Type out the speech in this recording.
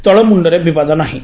ତଳମୁଖରେ ବିବାଦ ନାହିଁ